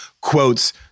quotes